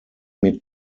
mit